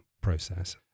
process